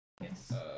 Yes